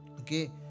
Okay